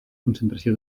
concentració